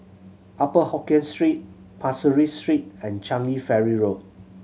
Upper Hokkien Street Pasir Ris Street and Changi Ferry Road